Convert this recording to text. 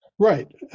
right